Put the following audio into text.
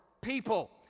people